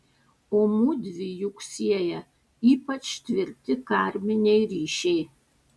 o mudvi juk sieja ypač tvirti karminiai ryšiai